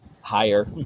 Higher